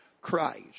Christ